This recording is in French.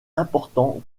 important